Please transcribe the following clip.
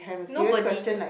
nobody